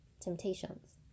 temptations